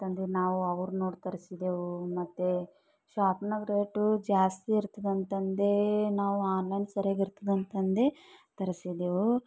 ಅಂತ ಅದುವೇ ನಾವು ಅವರ ನೋಡಿ ತರ್ಸಿದ್ದೆವು ಮತ್ತು ಶಾಪ್ನಾಗ ರೇಟು ಜಾಸ್ತಿ ಇರ್ತದ ಅಂತ ಅಂದು ನಾವು ಆನ್ಲೈನ್ ಸರಿಯಾಗಿ ಇರ್ತದ ಅಂತ ಅಂದು ತರ್ಸಿದ್ದೆವು